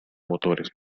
motores